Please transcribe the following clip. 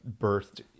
birthed